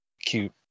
cute